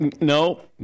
no